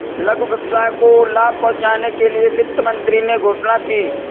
लघु व्यवसाय को लाभ पहुँचने के लिए वित्त मंत्री ने घोषणा की